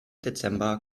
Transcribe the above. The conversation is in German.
dezember